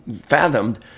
fathomed